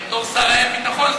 בתור שר האין-ביטחון,